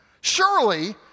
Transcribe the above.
surely